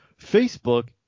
Facebook